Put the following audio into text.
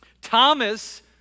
Thomas